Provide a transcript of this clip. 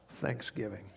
thanksgiving